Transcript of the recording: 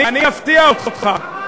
אני אפתיע אותך, אתם גדר הפרדה.